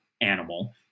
animal